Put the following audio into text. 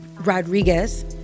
Rodriguez